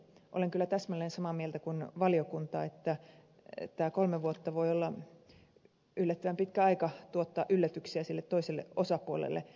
olen kyllä täsmälleen samaa mieltä kuin valiokunta että tämä kolme vuotta voi olla yllättävän pitkä aika tuottaa yllätyksiä sille toiselle osapuolelle